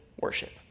worship